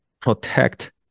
protect